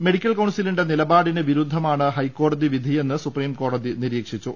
medical കൌൺസിലിന്റെ നിലപാടിന് വിരുദ്ധമാണ് ഹൈക്കോടതി വിധിയെന്ന് സുപ്രീംകോടതി നിരീക്ഷിച്ചു